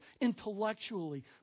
intellectually